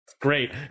Great